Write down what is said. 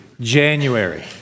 January